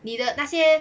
你的那些